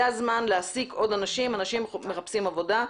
זה הזמן להעסיק עוד אנשים, אנשים מחפשים עבודה.